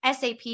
SAP